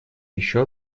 еще